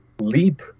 leap